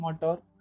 motor